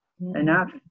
Enough